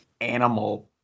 animal